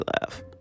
laugh